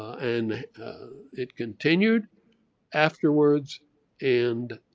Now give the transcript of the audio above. and it continued afterwards and